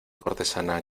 cortesana